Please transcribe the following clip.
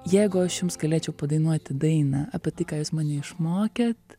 jeigu aš jums galėčiau padainuoti dainą apie tai ką jūs mane išmokėt